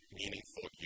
meaningful